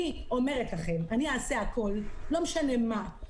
אני אומרת לכם, אני אעשה הכול, לא משנה מה.